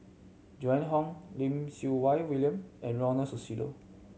Joan Hon Lim Siew Wai William and Ronald's Susilo